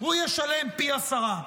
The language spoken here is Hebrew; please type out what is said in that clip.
הוא ישלם פי עשרה.